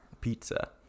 Pizza